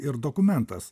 ir dokumentas